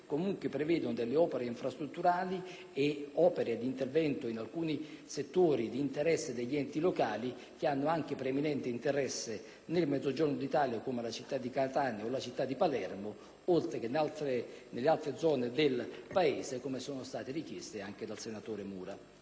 comunque prevedono opere infrastrutturali ed interventi in settori di interesse degli enti locali, che hanno preminenti interessi nel Mezzogiorno d'Italia (come le città di Catania o di Palermo), oltre che nelle altre zone del Paese, come richiesto anche dal senatore Mura.